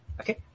Okay